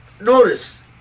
Notice